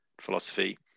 philosophy